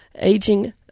aging